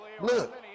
Look